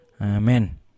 Amen